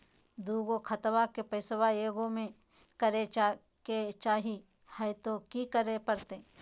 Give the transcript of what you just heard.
दू गो खतवा के पैसवा ए गो मे करे चाही हय तो कि करे परते?